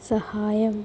സഹായം